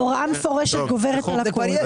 הוראה מפורשת גוברת על הכל.